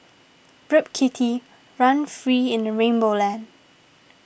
rip kitty run free in rainbow land